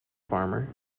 farmer